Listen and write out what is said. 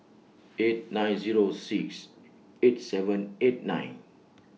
eight nine Zero six eight seven eight nine